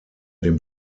dem